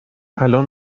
الان